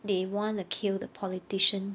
they want to kill the politician